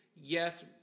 Yes